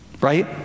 Right